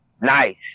Nice